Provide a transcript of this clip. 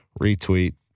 Retweet